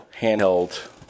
handheld